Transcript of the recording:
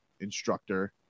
instructor